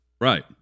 Right